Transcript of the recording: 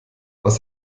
was